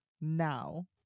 now